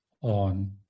on